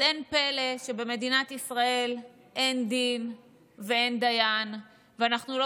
אז אין פלא שבמדינת ישראל אין דין ואין דיין ואנחנו לא